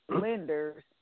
lenders